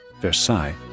Versailles